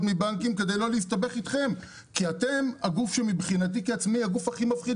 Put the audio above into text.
מהבנקים כדי לא להסתבך אתכם כי אתם הגוף הכי מפחיד